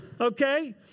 Okay